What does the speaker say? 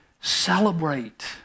celebrate